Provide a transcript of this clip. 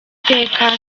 iteka